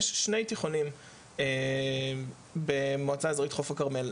יש שני תיכוניים במועצה אזורית חוף הכרמל,